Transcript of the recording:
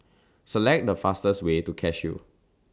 Select The fastest Way to Cashew